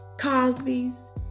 Cosby's